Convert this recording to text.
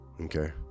okay